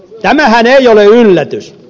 tämähän ei ole yllätys